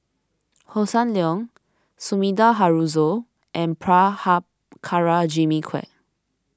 Hossan Leong Sumida Haruzo and Prabhakara Jimmy Quek